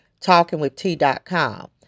TalkingWithT.com